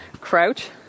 crouch